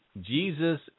Jesus